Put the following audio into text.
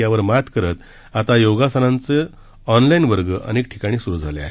यावर मात करत आता योगासनांचं ऑनलाइन वर्ग अनेक ठिकाणी सुरू झाले आहे